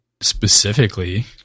specifically